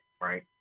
right